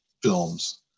films